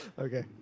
Okay